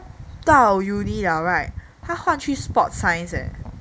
then 他到 uni liao [right] 他换去 sports science eh